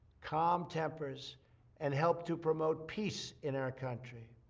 calm tempers and help to promote peace in our country.